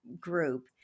group